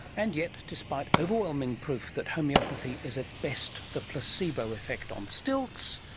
and yet, despite overwhelming proof that homeopathy is at best the placebo effect on stilts,